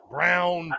Brown